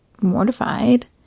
mortified